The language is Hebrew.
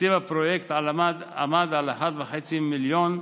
תקציב הפרויקט עמד על 1.5 מיליון,